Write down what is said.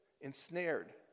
ensnared